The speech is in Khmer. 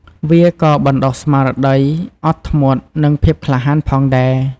វាក៏បណ្តុះស្មារតីអត់ធ្មត់និងភាពក្លាហានផងដែរ។